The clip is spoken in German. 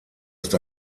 ist